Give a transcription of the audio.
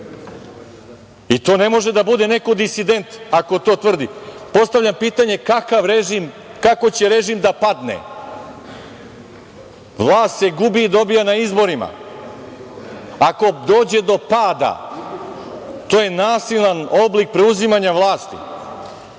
To ne može da bude neko disident, ako to tvrdi. Postavljam pitanje, kako će režim da padne? Vlast se gubi i dobija na izborima. Ako dođe do pada, to je nasilan oblik preuzimanja vlasti.